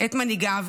את מנהיגיו,